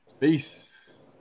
Peace